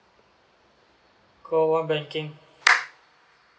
call one banking